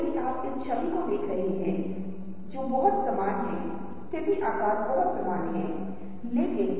यदि आप इस छवि को देख रहे हैं तो छवि का यह हिस्सा सकारात्मक है और छवि का एक हिस्सा नकारात्मक है